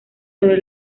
sobre